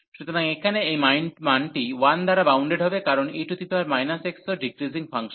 সুতরাং এখানে এই মানটি 1 দ্বারা বাউন্ডেড হবে কারণ e x ও ডিক্রিজিং ফাংশন